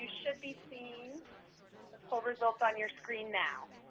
should be seeing the poll results on your screen now.